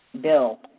bill